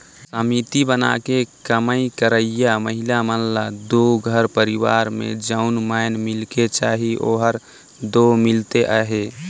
समिति बनाके कमई करइया महिला मन ल दो घर परिवार में जउन माएन मिलेक चाही ओहर दो मिलते अहे